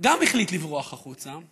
החליט גם הוא לברוח החוצה.